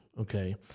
okay